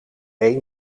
één